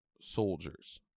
soldiers